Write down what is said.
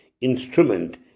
instrument